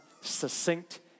succinct